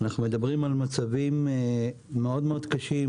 אנחנו מדברים על מקרים קשים מאוד,